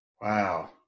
Wow